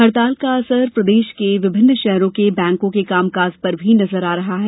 हड़ताल का असर प्रदेश के विभिन्न शहरों के बैंको के कामकाज पर भी नजर आ रहा है